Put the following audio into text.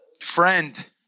Friend